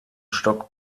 stock